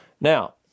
Now